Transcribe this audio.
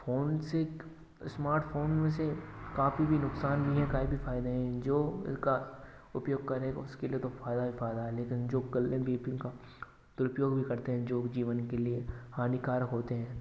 phone से smartphone में से काफी भी नुकसान नहीं है काफी फायदे हैं जो उनका उपयोग करें उसके लिए तो फायदा ही फायदा है लेकिन जो दुरुप्रयोग भी करते हैं जो जीवन के लिए हानिकारक होते हैं